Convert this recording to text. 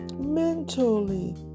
mentally